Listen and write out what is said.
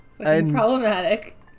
Problematic